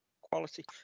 quality